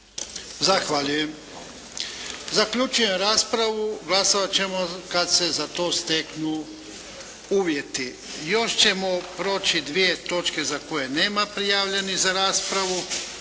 Zahvaljujem. Zaključujem raspravu. Glasovat ćemo kad se za to steknu uvjeti. Još ćemo proći dvije točke za koje nema prijavljenih za raspravu